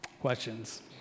Questions